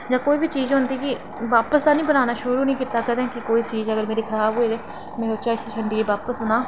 जां कोई बी चीज़ होंदी की वापस ते निं बनाना शुरू कीता ते अगर कोई चीज़ मेरी खराब होई ते में बापस बनांऽ